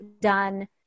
done